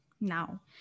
Now